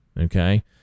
Okay